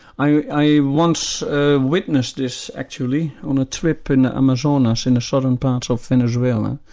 i once witnessed this actually on a trip in the amazonas in the southern part of venezuela,